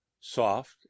soft